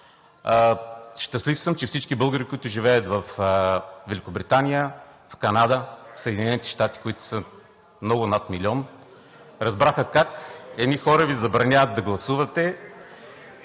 Щастлив съм, че всички българи, които живеят във Великобритания, в Канада, в Съединените щати, които са много над милион, разбраха как едни хора Ви забраняват да гласувате.